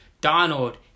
Donald